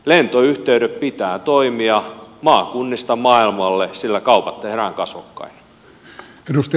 lentoyhteyksien pitää toimia maakunnista maailmalle sillä kaupat tehdään kasvokkain